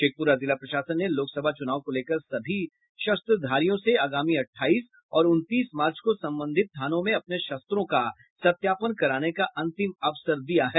शेखप्रा जिला प्रशासन ने लोकसभा चूनाव को लेकर सभी शस्त्रधारियों से आगामी अठाईस और उनतीस मार्च को संबंधित थानों में अपने शस्त्रों का सत्यापन कराने का अंतिम अवसर दिया है